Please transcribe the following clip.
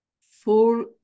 full